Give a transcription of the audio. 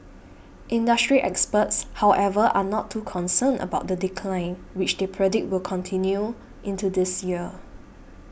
industry experts however are not too concerned about the decline which they predict will continue into this year